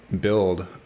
build